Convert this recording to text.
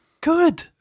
Good